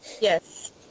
Yes